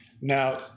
Now